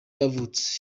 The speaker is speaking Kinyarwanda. yavutse